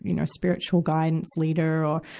you know spiritual guidance leader or,